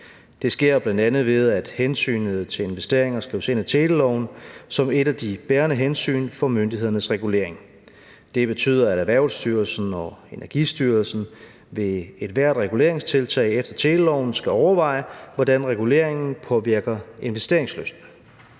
Det sker, bl.a. ved at hensynet til investeringer skrives ind i teleloven som et af de bærende hensyn for myndighedernes regulering. Det betyder, at Erhvervsstyrelsen og Energistyrelsen ved ethvert reguleringstiltag efter teleloven skal overveje, hvordan reguleringen påvirker investeringslysten.